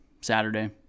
Saturday